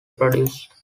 produced